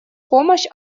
помощь